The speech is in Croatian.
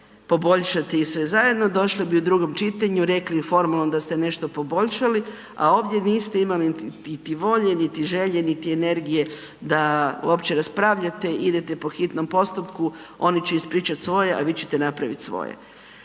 poboljšati i sve zajedno, došli bi u drugom čitanju i rekli formalno da ste nešto poboljšali, a ovdje niste imali niti volje, niti želje, niti energije da uopće raspravljate, idete po hitnom postupku, oni će ispričati svoje, a vi ćete napraviti svoje.